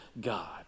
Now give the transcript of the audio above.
God